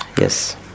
yes